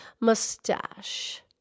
mustache